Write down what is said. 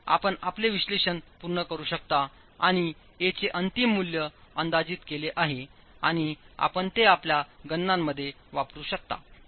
आणि आपण आपले विश्लेषण पूर्ण करू शकता आणि a चे अंतिम मूल्य अंदाजित केले आहे आणि आपण ते आपल्या गणनांमध्ये वापरू शकता